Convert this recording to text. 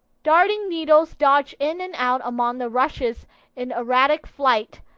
darning needles dodge in and out among the rushes in erratic flight,